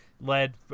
led